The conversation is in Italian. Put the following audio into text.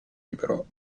libero